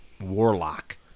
warlock